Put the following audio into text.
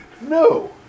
No